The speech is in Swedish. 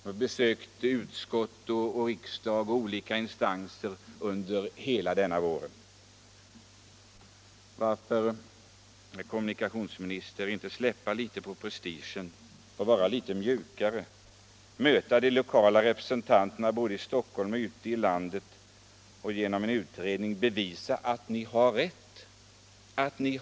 De har besökt utskott och olika instanser under hela denna vår. Varför, herr kommunikationsminister, inte släppa litet på prestigen, vara litet mjukare och möta de lokala representanterna både i Stockholm och ute i landet och genom en utredning bevisa att ni har rätt?